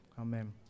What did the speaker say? Amen